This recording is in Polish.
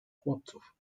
chłopców